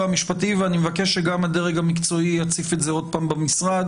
המשפטי ואני מבקש שגם הדרג המקצועי יציף את זה שוב במשרד.